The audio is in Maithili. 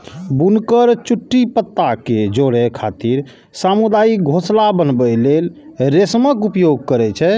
बुनकर चुट्टी पत्ता कें जोड़ै खातिर सामुदायिक घोंसला बनबै लेल रेशमक उपयोग करै छै